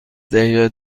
دقیقه